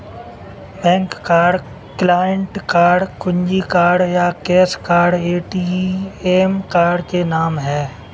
bank card, client card, कुंजी card या cash card ATM card के नाम है